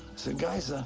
said, guys, ah